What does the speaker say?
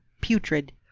Putrid